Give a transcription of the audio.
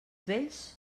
vells